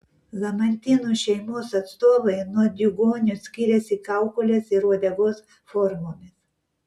lamantinų šeimos atstovai nuo diugonių skiriasi kaukolės ir uodegos formomis